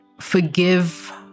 forgive